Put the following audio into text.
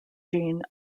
jean